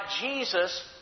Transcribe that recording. Jesus